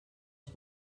els